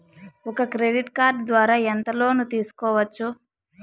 ఒక credit card ద్వారా ఎంత లోను తీసుకోవచ్చు?